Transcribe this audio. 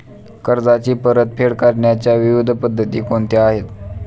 कर्जाची परतफेड करण्याच्या विविध पद्धती कोणत्या आहेत?